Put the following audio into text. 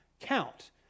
count